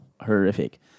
horrific